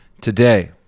today